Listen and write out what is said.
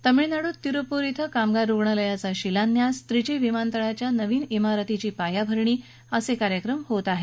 तामिळनाडूत तिरुप्पुर इथं कामगार रुग्णालयाचा शिलान्यास त्रिची विमानतळाच्या नवीन इमारतीची पायाभरणी असे कार्यक्रम होणार आहेत